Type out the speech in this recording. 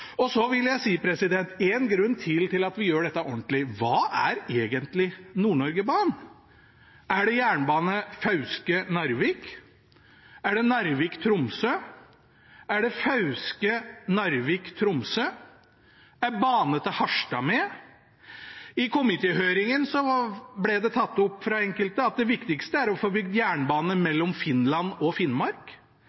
Så vil jeg nevne én grunn til for at vi gjør dette ordentlig: Hva er egentlig Nord-Norge-banen? Er det jernbane Fauske–Narvik? Er det Narvik–Tromsø? Er det Fauske–Narvik–Tromsø? Er bane til Harstad med? I komitéhøringen ble det tatt opp av enkelte at det viktigste er å få bygd jernbane